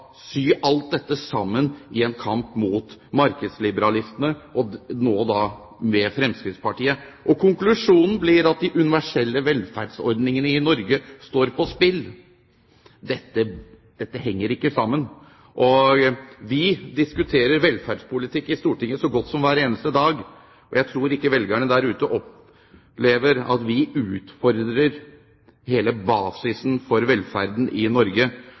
sy alt dette sammen i en kamp mot markedsliberalistene – og nå med Fremskrittspartiet – og konklusjonen blir at de universelle velferdsordningene i Norge står på spill. Dette henger ikke sammen! Vi diskuterer velferdspolitikk i Stortinget så godt som hver eneste dag, og jeg tror ikke velgerne der ute opplever at vi utfordrer hele basisen for velferden i Norge.